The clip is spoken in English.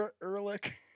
Ehrlich